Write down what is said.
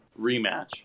rematch